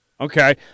Okay